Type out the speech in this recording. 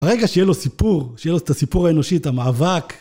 ברגע שיהיה לו סיפור, שיהיה לו את הסיפור האנושי, את המאבק...